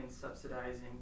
subsidizing